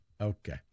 Okay